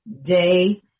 day